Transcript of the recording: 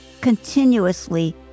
continuously